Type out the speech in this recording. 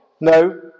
No